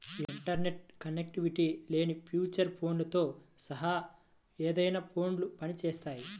internet connectivity లేని feature ఫోన్లతో సహా ఏదైనా ఫోన్లో పని చేస్తాయి